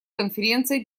конференция